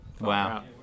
wow